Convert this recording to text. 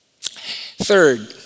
Third